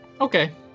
Okay